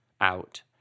out